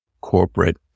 corporate